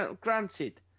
Granted